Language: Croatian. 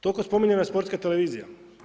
Toliko spominjana Sportska televizija.